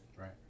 Right